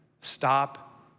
Stop